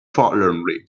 forlornly